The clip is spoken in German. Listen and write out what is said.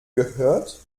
gehört